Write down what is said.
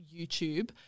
YouTube